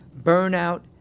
burnout